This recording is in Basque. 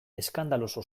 eskandaloso